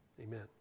amen